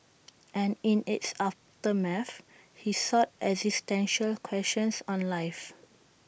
and in its aftermath he sought existential questions on life